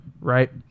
right